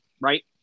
right